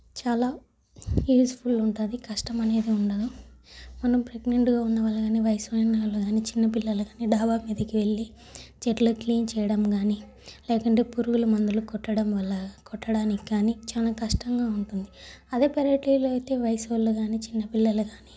చాలా యూస్ఫుల్ ఉంటుంది కష్టమనేది ఉండదు మనం ప్రెగ్నెంట్గా ఉన్నవాళ్ళు కానీ వయసు అయిన వాళ్ళు కానీ చిన్న పిల్లలు కానీ డాబా మీదకు వెళ్ళి చెట్లు క్లీన్ చేయడం కానీ లేకుంటే పురుగుల మందులు కొట్టడం వల్ల కొట్టడానికి కానీ చాలా కష్టంగా ఉంటుంది అదే పెరటిలో అయితే వయసోళ్ళు కానీ చిన్నపిల్లలు కానీ